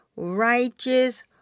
righteous